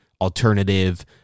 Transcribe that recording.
alternative